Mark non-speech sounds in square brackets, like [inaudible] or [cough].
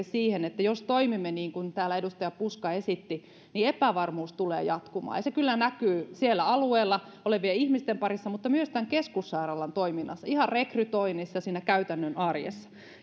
[unintelligible] siihen että jos toimimme niin kuin täällä edustaja puska esitti niin epävarmuus tulee jatkumaan ja se kyllä näkyy siellä alueella olevien ihmisten parissa mutta myös tämän keskussairaalan toiminnassa ihan rekrytoinnissa ja siinä käytännön arjessa